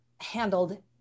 handled